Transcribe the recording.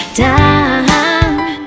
time